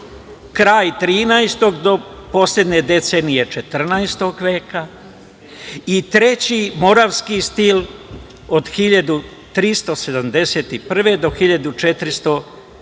kraj 13. do poslednje decenije 14. veka i treći moravski stil od 1371. do 1459.